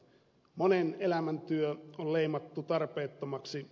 monen elämäntyö on leimattu tarpeettomaksi